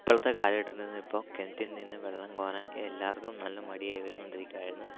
ഇപ്പോഴത്തെ കാലഘട്ടത്തിനിപ്പോൾ കിണറ്റിൽ നിന്ന് വെള്ളം കോരാൻ എല്ലാവർക്കും നല്ല മടിയായി വന്നുകൊണ്ടിരിക്കുകയായിരുന്നു